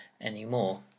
anymore